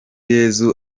yezu